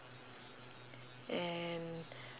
and